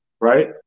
right